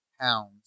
pounds